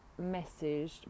messaged